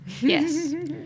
Yes